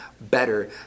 better